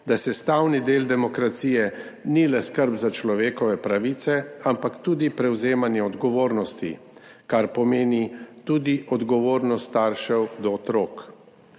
da sestavni del demokracije ni le skrb za človekove pravice, ampak tudi prevzemanje odgovornosti, kar pomeni tudi odgovornost staršev do otrok.